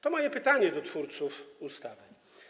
To moje pytanie do twórców ustawy.